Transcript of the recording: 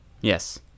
Yes